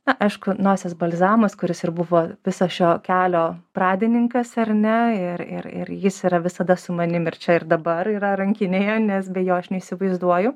na aišku nosies balzamas kuris ir buvo viso šio kelio pradininkas ar ne ir ir ir jis yra visada su manim ir čia ir dabar yra rankinėje nes be jo aš neįsivaizduoju